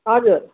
हजुर